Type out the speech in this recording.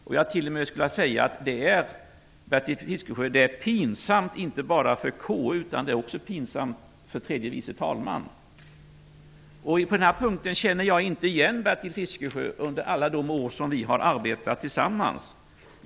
Jag vill t.o.m. säga att detta är pinsamt, Bertil Fiskesjö, inte bara för KU utan det är också pinsamt för tredje vice talmannen. På den här punkten känner jag inte igen Bertil Fiskesjö. Vi har arbetat väldigt många år tillsammans.